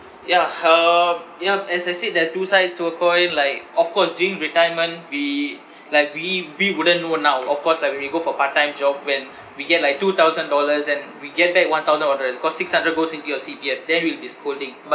yeah hmm yup as I said there are two sides to a coin like of course during retirement we like we we wouldn't know now of course like when we go for part time job when we get like two thousand dollars and we get back one thousand four hundred dollars cause six hundred goes into your C_P_F then will be scolding but